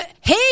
hey